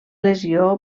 lesió